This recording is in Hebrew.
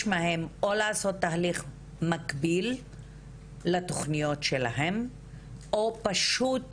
מהם או לעשות תהליך מקביל לתוכניות שלהם או פשוט